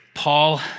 Paul